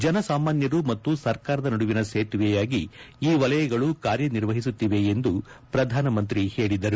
ಜನಸಾಮಾನ್ನರು ಮತ್ತು ಸರ್ಕಾರದ ನಡುವಿನ ಸೇತುವೆಯಾಗಿ ಈ ವಲಯಗಳು ಕಾರ್ಯನಿರ್ವಹಿಸುತ್ತಿವೆ ಎಂದು ಪ್ರಧಾನಮಂತ್ರಿ ಹೇಳಿದರು